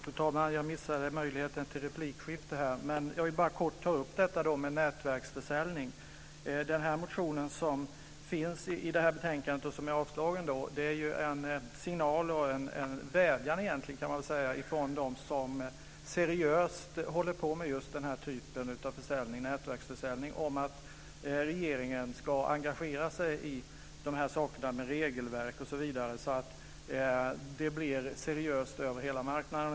Fru talman! Jag missade möjligheten till replikskifte tidigare. Jag vill kort ta upp frågan om nätverksförsäljning. Den motion som finns i betänkandet och som avstyrks är en signal och egentligen en vädjan från dem som seriöst håller på med just nätverksförsäljning att regeringen ska engagera sig i dessa saker med regelverk osv. så att det blir seriöst över hela marknaden.